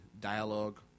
dialogue